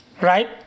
right